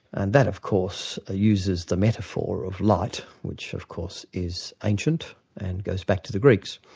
and that of course ah uses the metaphor of light which of course is ancient and goes back to the greeks.